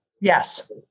Yes